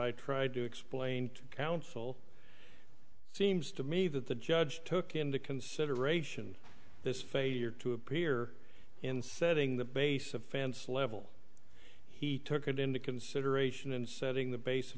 i tried to explain to counsel seems to me that the judge took into consideration this failure to appear in setting the basis of fans level he took it into consideration in setting the base